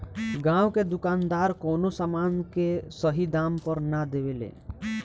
गांव के दुकानदार कवनो समान के सही दाम पर ना देवे ले